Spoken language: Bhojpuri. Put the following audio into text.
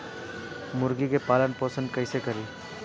मुर्गी के पालन पोषण कैसे करी?